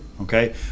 Okay